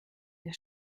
der